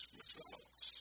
results